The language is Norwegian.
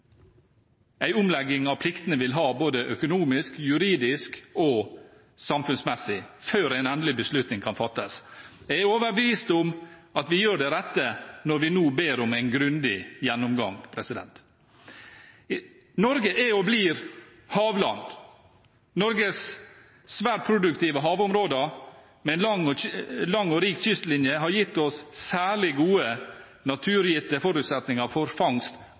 omlegging av pliktene vil ha både økonomisk, juridisk og samfunnsmessig, før en endelig beslutning kan fattes. Jeg er overbevist om at vi gjør det rette når vi nå ber om en grundig gjennomgang. Norge er og blir et «havland». Norges svært produktive havområder – med en lang og rik kystlinje – har gitt oss særlig gode, naturgitte forutsetninger for fangst